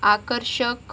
आकर्षक